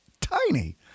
tiny